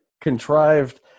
contrived